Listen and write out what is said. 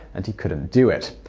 and he couldn't do it.